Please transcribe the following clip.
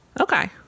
Okay